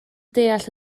deall